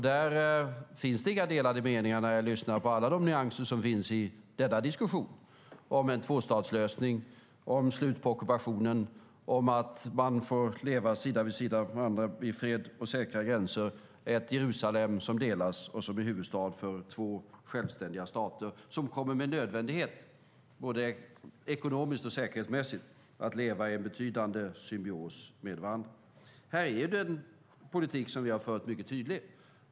Där finns inga delade meningar när jag lyssnar på alla de nyanser som finns i denna diskussion om en tvåstatslösning, slutet på ockupationen, att man får leva sida vid sida med varandra i fred med säkra gränser och ett Jerusalem som delas och som är huvudstad för två självständiga stater. De kommer med nödvändighet både ekonomiskt och säkerhetsmässigt att leva i en betydande symbios med varandra. Här är den politik som vi har fört mycket tydlig.